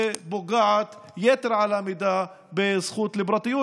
והיא פוגעת יתר על המידה בזכות לפרטיות.